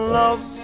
love